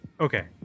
Okay